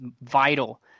vital